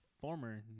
former